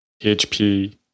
PHP